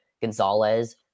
Gonzalez